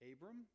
Abram